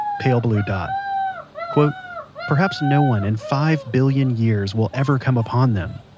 pale blue dot quote perhaps no one in five billion years will ever come upon them.